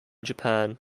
japan